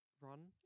run